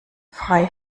frei